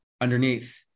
underneath